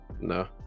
No